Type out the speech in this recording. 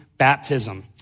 Baptism